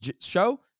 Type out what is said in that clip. show